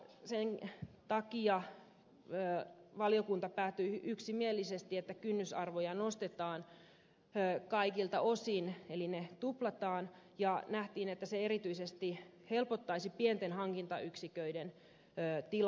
sen takia valiokunta päätyi yksimielisesti kynnysarvojen nostamiseen kaikilta osin eli ne tuplataan ja nähtiin että se erityisesti helpottaisi pienten hankintayksiköiden tilannetta